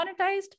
monetized